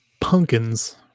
pumpkins